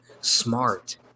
smart